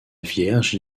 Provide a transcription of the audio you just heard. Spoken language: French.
vierge